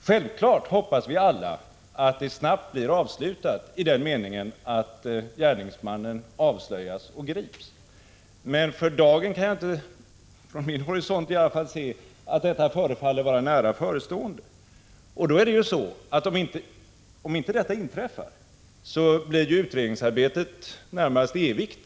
Självfallet hoppas vi alla att det snabbt blir avslutat i den meningen att gärningsmannen avslöjas och grips. Men för dagen förefaller detta, i varje fall från min horisont, inte vara nära förestående. Om inte detta inträffar blir ju utredningsarbetet närmast evigt.